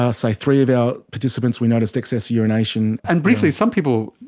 ah say three of our participants we noticed excess urination. and briefly, some people,